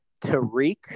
Tariq